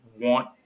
want